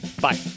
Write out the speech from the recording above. Bye